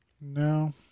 No